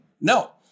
No